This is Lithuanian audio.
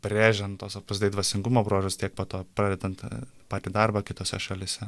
brėžiant tuos opus dei dvasingumo bruožus tiek po to pradedant patį darbą kitose šalyse